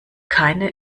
keine